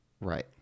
Right